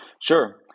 Sure